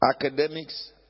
Academics